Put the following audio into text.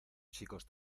chicos